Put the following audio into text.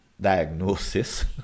diagnosis